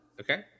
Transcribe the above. Okay